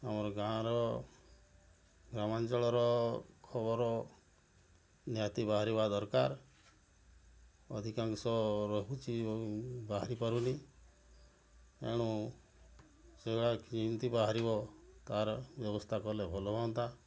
ଆମର ଗାଁର ଗ୍ରାମାଞ୍ଚଳର ଖବର ନିହାତି ବାହାରିବା ଦରକାର ଅଧିକାଶଂ ରହିଛି ବାହାରି ପାରୁନି ତେଣୁ ସେଗୁଡ଼ାକ କେମିତି ବାହାରିବ ତା'ର ବ୍ୟବସ୍ଥା କଲେ ଭଲ ହୁଅନ୍ତା